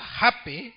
happy